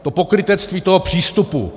To pokrytectví toho přístupu.